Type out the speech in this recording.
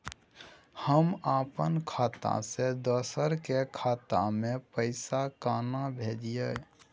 हम अपन खाता से दोसर के खाता में पैसा केना भेजिए?